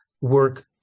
work